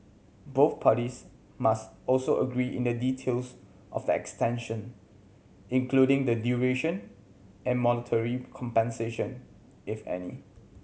both parties must also agree in the details of the extension including the duration and monetary compensation if any